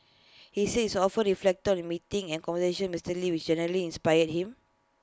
he says often reflected on the meetings and conversations Mister lee which greatly inspired him